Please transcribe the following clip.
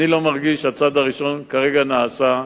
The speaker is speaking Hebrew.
ואני לא מרגיש שהצעד הראשון נעשה עכשיו.